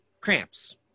cramps